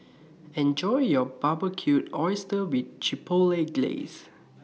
Enjoy your Barbecued Oysters with Chipotle Glaze